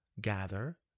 gather